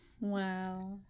Wow